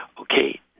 Okay